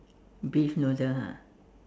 beef noodles ah